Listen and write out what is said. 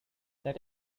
that